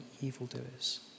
evildoers